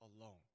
alone